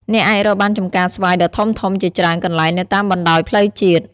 អ្នកអាចរកបានចម្ការស្វាយដ៏ធំៗជាច្រើនកន្លែងនៅតាមបណ្តោយផ្លូវជាតិ។